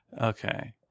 Okay